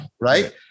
right